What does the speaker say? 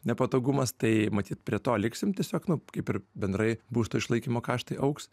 nepatogumas tai matyt prie to liksim tiesiog nu kaip ir bendrai būsto išlaikymo kaštai augs